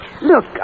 Look